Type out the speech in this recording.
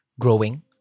growing